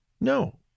No